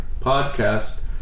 podcast